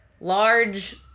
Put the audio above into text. large